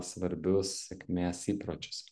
svarbius sėkmės įpročius